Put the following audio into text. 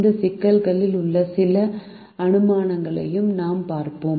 இந்த சிக்கல்களில் உள்ள சில அனுமானங்களையும் நாம் பார்ப்போம்